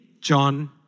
John